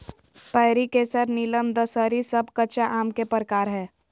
पयरी, केसर, नीलम, दशहरी सब कच्चा आम के प्रकार हय